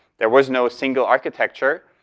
there was no single architecture